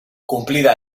cumplida